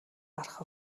гарах